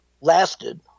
lasted